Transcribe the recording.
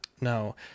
No